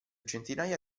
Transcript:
centinaia